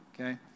okay